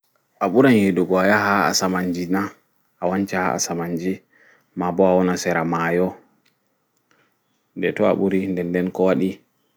A ɓuran yiɗugo a yaha ha asamanji na awanca ha asamanji maɓo awona ha sera maayo jei toi a ɓuri nɗen nɗen kowaɗi